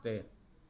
अॻिते